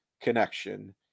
Connection